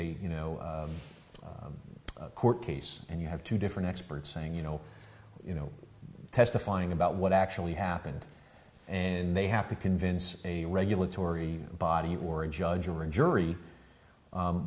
a you know a court case and you have two different experts saying you know you know testifying about what actually happened and they have to convince a regulatory body or a judge or a jury